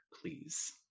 please